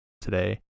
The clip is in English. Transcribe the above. today